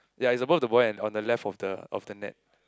ya is above the boy and on the left of the of the net